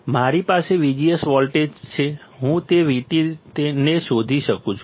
મારી પાસે VGS volt છે હું તે VT ને શોધી શકું છું